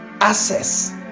access